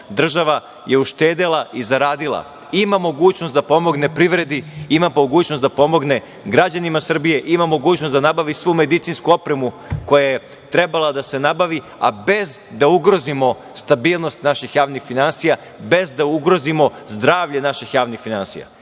država je uštedela i zaradila, ima mogućnost da pomogne privredi, ima mogućnost da pomogne građanima Srbije, ima mogućnost da nabavi svu medicinsku opremu koja je trebala da se nabavi, a bez da ugrozimo stabilnost naših javnih finansija, bez da ugrozimo zdravlje naših javnih finansija.